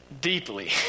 Deeply